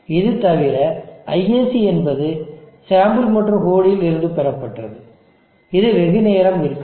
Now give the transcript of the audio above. இது தவிரISC என்பது சாம்பிள் மற்றும் ஹோல்டில் இருந்து பெறப்பட்டது இது வெகுநேரம் இருக்காது